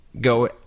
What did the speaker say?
go